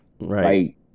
right